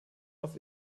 auf